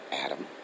Adam